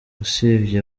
usibye